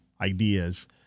ideas